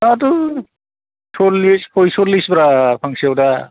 दाथ' सल्लिस फयसल्लिसब्रा फांसेयाव दा